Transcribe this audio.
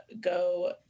go